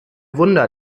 wunder